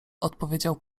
odpowiedział